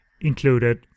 included